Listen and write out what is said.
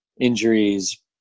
injuries